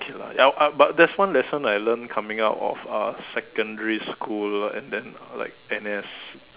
okay lah ya I but that's one lesson I learn coming out of uh secondary school lah and then uh like N_S